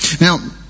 Now